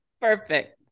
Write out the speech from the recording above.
Perfect